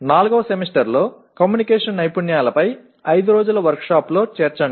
நான்காவது செமஸ்டரில் தகவல் தொடர்பு திறன் குறித்த 5 நாள் பட்டறையை சேர்க்கவும்